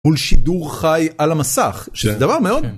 מול שידור חי על המסך שזה דבר מאוד.